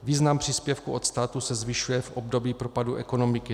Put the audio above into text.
Význam příspěvku od státu se zvyšuje v období propadu ekonomiky.